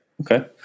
Okay